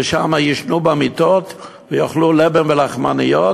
ושם יישנו במיטות ויאכלו לבן ולחמניות,